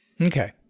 Okay